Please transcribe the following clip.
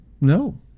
No